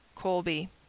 colby